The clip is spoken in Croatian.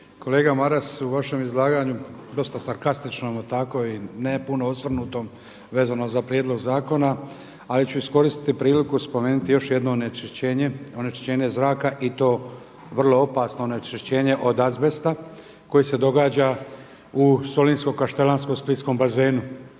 Kolega Maras u vašem izlaganju dosta sarkastičnom tako i ne puno osvrnutom vezano za prijedlog zakona, ali ću iskoristiti priliku spomenuti još jedno onečišćenje, onečišćenje zraka i to vrlo opasno onečišćenje od azbesta koji se događa u solinsko-kaštelanskom-splitskom bazenu.